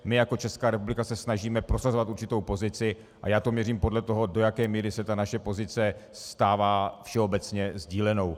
My jako Česká republika se snažíme prosazovat určitou pozici a já to měřím podle toho, do jaké míry se naše pozice stává všeobecně sdílenou.